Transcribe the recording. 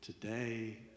today